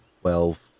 twelve